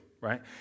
right